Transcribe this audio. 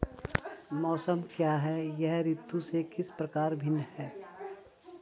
मौसम क्या है यह ऋतु से किस प्रकार भिन्न है?